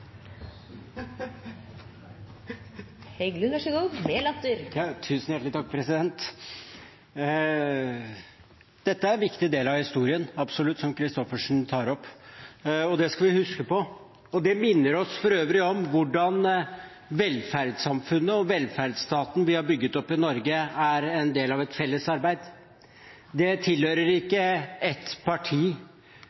Heggelund: Når vi skal ta i bruk historien, så får vi gjøre det. Det som representanten Christoffersen tar opp, er absolutt en viktig del av historien, og det skal vi huske på. Det minner oss for øvrig om at det velferdssamfunnet og den velferdsstaten vi har bygget opp i Norge, er en del av et fellesarbeid. Det tilhører